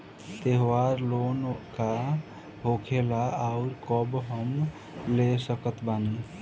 त्योहार लोन का होखेला आउर कब हम ले सकत बानी?